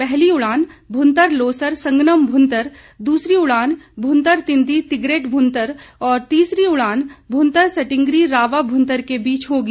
पहली उड़ान भुतंर लोसर संगनम भुंतर दूसरी उड़ान भुंतर तिंदी तिगरेट भुंतर और तीसरी उड़ान भुतंर संटींगरी रावा भुंतर के बीच होगी